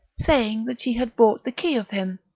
saying that she had bought the key of him.